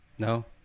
No